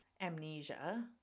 amnesia